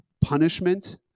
punishment